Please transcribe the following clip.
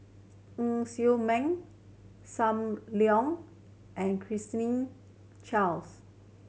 Ng Ser Miang Sam Leong and Claire's Ming Chaos